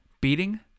Beating